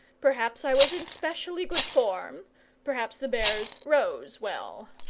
perhaps i was in specially good form perhaps the bears rose well.